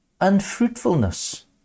unfruitfulness